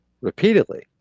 Repeatedly